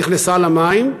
נכנסה למים,